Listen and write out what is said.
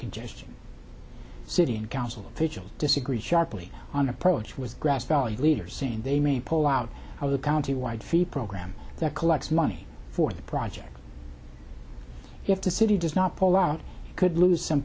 congestion city and council officials disagree sharply on approach with grass valley leaders saying they may pull out of the county wide feet program that collects money for the project if the city does not pull out could lose some